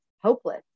hopeless